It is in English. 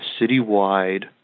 citywide